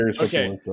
okay